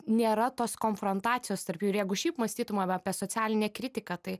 nėra tos konfrontacijos tarp jų ir jeigu šiaip mąstytum apie socialinę kritiką tai